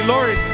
Lord